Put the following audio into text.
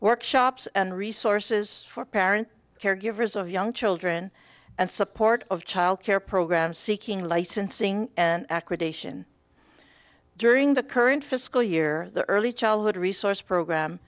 workshops and resources for parents caregivers of young children and support of child care program seeking licensing and acquisition during the current fiscal year or early childhood resource program